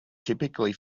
typically